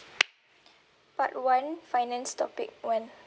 part one finance topic one